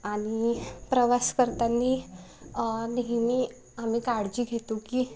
आणि प्रवास करताना नेहमी आम्ही काळजी घेतो की